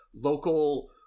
local